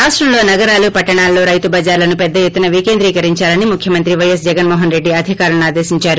రాష్టంలో నగరాలు పట్లణాల్లో రైతు బజార్లను పెద్ద ఎత్తున వికేంద్రీకరించాలని ముఖ్యమంత్రి పైఎస్ జగన్మోహనరెడ్డి అధికారులను ఆదేశిందారు